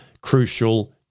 crucial